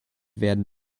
werden